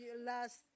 last